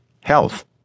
health